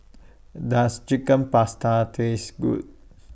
Does Chicken Pasta Taste Good